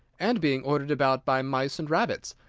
and being ordered about by mice and rabbits.